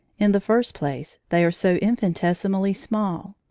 in the first place, they are so infinitesimally small.